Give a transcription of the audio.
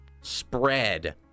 spread